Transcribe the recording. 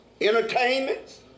entertainments